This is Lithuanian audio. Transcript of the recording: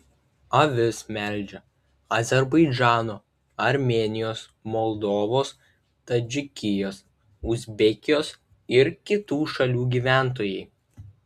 avis melžia azerbaidžano armėnijos moldovos tadžikijos uzbekijos ir kitų šalių gyventojai